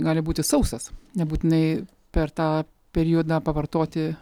gali būti sausas nebūtinai per tą periodą pavartoti